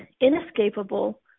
inescapable